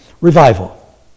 Revival